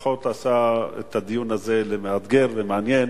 החוק הפך את הדיון הזה למאתגר ולמעניין,